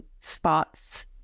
spots